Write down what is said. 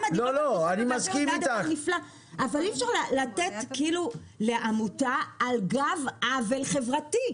אי אפשר לתת כאילו לעמותה על גב עוול חברתי.